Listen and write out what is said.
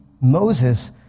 Moses